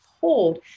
hold